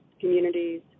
communities